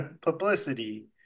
Publicity